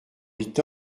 huit